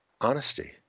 honesty